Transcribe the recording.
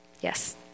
Yes